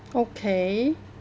okay